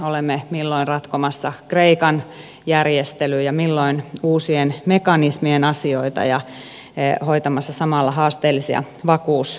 olemme milloin ratkomassa kreikan järjestelyjä milloin uusien mekanismien asioita ja hoitamassa samalla haasteellisia vakuusneuvotte luja